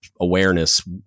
awareness